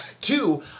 Two